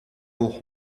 will